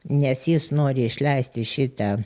nes jis nori išleisti šitą